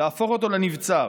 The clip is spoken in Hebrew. להפוך אותו לנבצר.